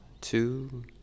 two